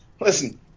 listen –